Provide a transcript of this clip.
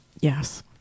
Yes